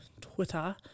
Twitter